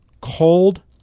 cold